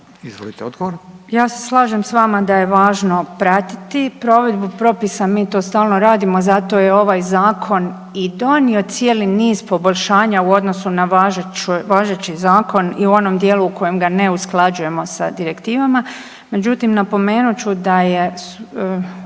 Nina (HDZ)** Ja se slažem s vama da je važno pratiti provedbu propisa, mi to stalno radimo, zato je ovaj Zakon i donio cijeli niz poboljšanja u odnosu na važeći zakon i u onom dijelu u kojem ga ne usklađujemo sa direktivama. Međutim, napomenut ću da je